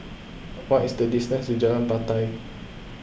what is the distance to Jalan Batai